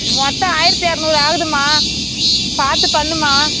மொத்தம் ஆயிரத்தி இரநூறு ஆகுதும்மா பார்த்து பண்ணும்மா